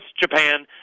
Japan